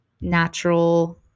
natural